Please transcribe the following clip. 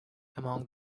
among